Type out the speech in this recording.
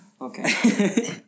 Okay